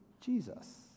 Jesus